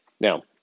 Now